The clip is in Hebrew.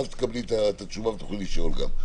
ואז תקבלי את התשובה ותוכלי גם לשאול.